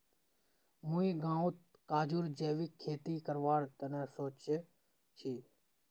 मुई गांउत काजूर जैविक खेती करवार तने सोच छि